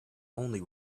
only